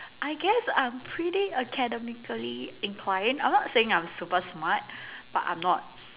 I guess I'm pretty academically inclined I'm not saying I'm super smart but I'm not